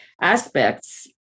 aspects